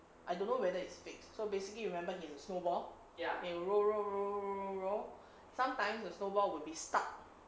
I don't know whether it speaks so basically you remember he has a snowball and roll roll roll roll roll sometimes the snowball will be stuck